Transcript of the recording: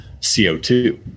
co2